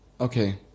okay